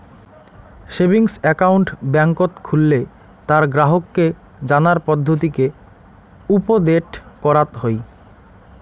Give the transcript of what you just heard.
savings account বেংকত খুললে তার গ্রাহককে জানার পদ্ধতিকে উপদেট করাত হই